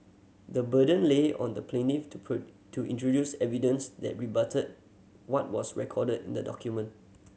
the burden lay on the plaintiff to to introduce evidence that rebutted what was recorded in the document